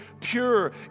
pure